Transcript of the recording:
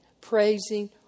praising